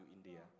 India